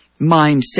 mindset